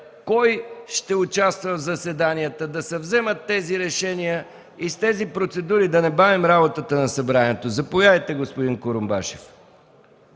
кой ще участва в заседанията, да се вземат тези решения и с тези процедури да не бавим работата на Събранието. Заповядайте, господин Курумбашев.